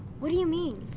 what do you mean?